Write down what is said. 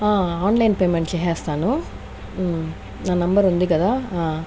online payment చేసేస్తాను నా number ఉంది కదా